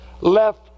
left